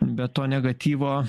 bet to negatyvo